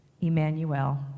Emmanuel